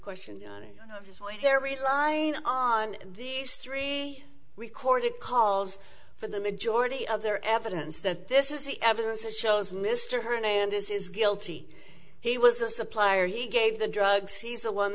questions that's why they're relying on these three recorded calls for the majority of their evidence that this is the evidence that shows mr hernandez is guilty he was a supplier he gave the drugs he's the one